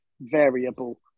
variable